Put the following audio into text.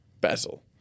Basil